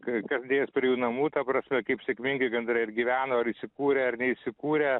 k kas dėjos prie jų namų ta prasme kaip sėkmingai gandrai ar gyveno ar įsikūrė ar neįsikūrė